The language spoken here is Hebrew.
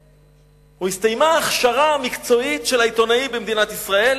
הסתיימה ההכשרה המקצועית של העיתונאי במדינת ישראל.